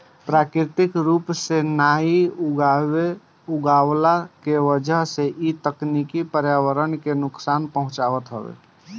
प्राकृतिक रूप से नाइ उगवला के वजह से इ तकनीकी पर्यावरण के नुकसान पहुँचावत हवे